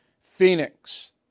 Phoenix